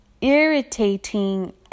irritating